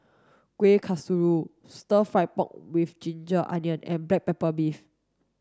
kuih kasturi stir fry pork with ginger onions and black pepper beef